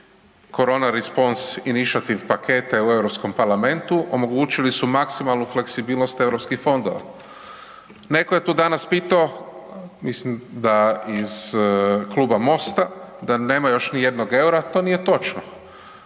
korona response inciative pakete u Europskom parlamentu, omogućili su maksimalnu fleksibilnost europskih fondova. Netko je tu danas pitao, mislim da iz kluba Mosta, da nema još nijednog eura, to nije točno.